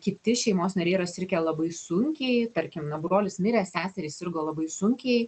kiti šeimos nariai yra sirgę labai sunkiai tarkim na brolis mirė seserys sirgo labai sunkiai